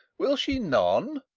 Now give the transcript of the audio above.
will she none?